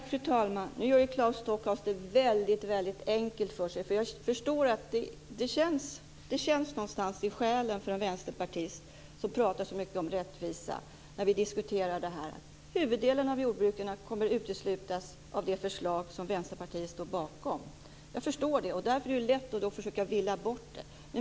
Fru talman! Nu gör Claes Stockhaus det väldigt enkelt för sig. Jag förstår att det känns någonstans i själen för en vänsterpartist som talar så mycket om rättvisa när vi diskuterar detta. Huvuddelen av jordbrukarna kommer att uteslutas av det förslag som Vänsterpartiet står bakom. Jag förstår det. Därför är det då lätt att försöka villa bort det.